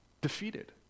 defeated